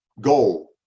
goal